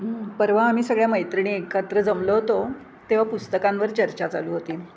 परवा आम्ही सगळ्या मैत्रिणी एकत्र जमलं होतो तेव्हा पुस्तकांवर चर्चा चालू होती